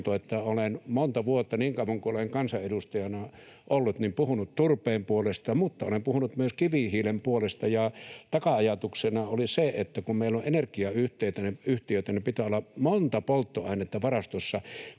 olen monta vuotta, niin kauan kuin olen kansanedustajana ollut, puhunut turpeen puolesta, mutta olen puhunut myös kivihiilen puolesta. Ja taka-ajatuksena oli se, että kun meillä on energiayhtiöitä, pitää olla monta polttoainetta varastossa,